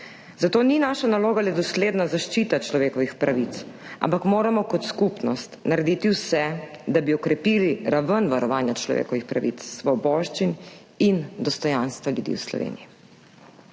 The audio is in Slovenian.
Zato ni naša naloga le dosledna zaščita človekovih pravic, ampak moramo kot skupnost narediti vse, da bi okrepili raven varovanja človekovih pravic, svoboščin in dostojanstva ljudi v Sloveniji.